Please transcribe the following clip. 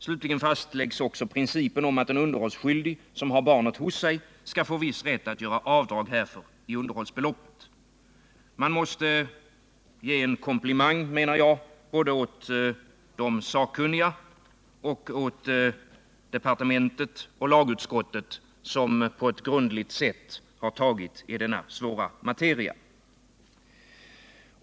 Slutligen fastläggs principen om att en underhållsskyldig som har barnet hos sig skall få viss rätt att göra avdrag härför i underhållsbeloppet. Man måste ge en komplimang, menar jag, både åt de sakkunniga och åt departementet och lagutskottet, som på ett grundligt sätt har tagit i denna svåra materia.